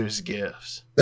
gifts